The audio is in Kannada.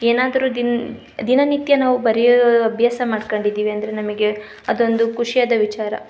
ಏನಾದರೂ ದಿನ ದಿನನಿತ್ಯ ನಾವು ಬರೆಯೋ ಅಭ್ಯಾಸ ಮಾಡ್ಕೊಂಡಿದಿವಿ ಅಂದರೆ ನಮಗೆ ಅದೊಂದು ಖುಷಿಯಾದ ವಿಚಾರ